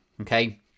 Okay